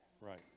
Right